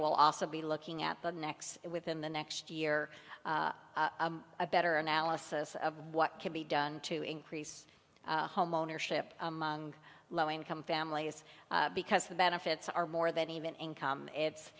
will also be looking at the next within the next year a better analysis of what can be done to increase homeownership among low income families because the benefits are more than even income it's